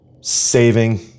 saving